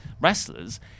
wrestlers